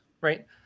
right